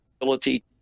ability